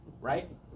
Right